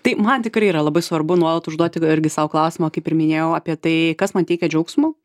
tai man tikrai yra labai svarbu nuolat užduoti irgi sau klausimą kaip ir minėjau apie tai kas man teikia džiaugsmo